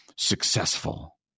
successful